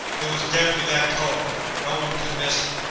it was definitely that color no one could miss it.